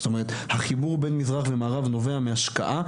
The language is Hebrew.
זאת אומרת החיבור בין מזרח ומערב נובע מהשקעה.